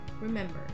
Remember